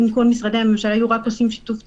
אם כל משרדי הממשלה היו עושים שיתוף ציבור,